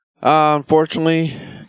unfortunately